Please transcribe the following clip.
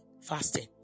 fasting